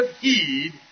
heed